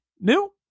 New